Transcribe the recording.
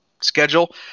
schedule